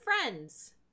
friends